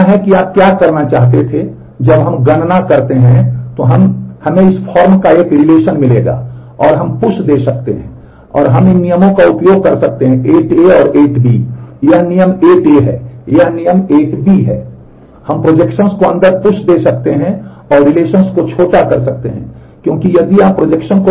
तो यहाँ है कि आप क्या करना चाहते थे और जब हम गणना करते हैं तो हमें इस फॉर्म का एक रिलेशन अधिक कुशल होंगे